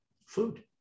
food